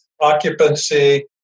occupancy